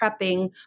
prepping